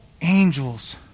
angels